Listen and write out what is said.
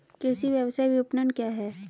कृषि व्यवसाय विपणन क्या है?